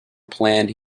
planned